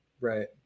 right